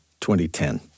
2010